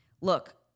look